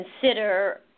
consider